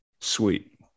sweet